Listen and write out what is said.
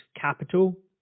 capital